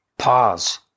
pause